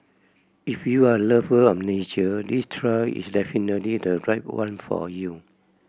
if you're a lover of nature this trail is definitely the right one for you